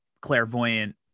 clairvoyant